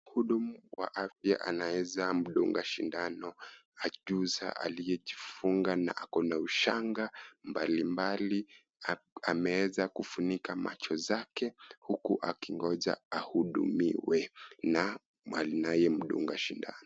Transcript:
Mhudumu wa afya anaweza kumdunga sindano ajuza aliye funga na ako na ushanga mbalimbali na amewezakufunika macho zake huku akingoja ahudumiwe na anayemdunga shindano.